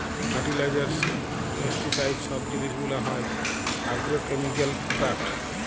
fertiliser, pesticide সব জিলিস গুলা হ্যয় আগ্রকেমিকাল প্রোডাক্ট